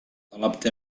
طلبت